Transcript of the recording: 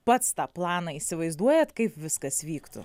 pats tą planą įsivaizduojat kaip viskas vyktų